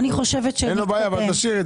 אני חושבת שנתקדם.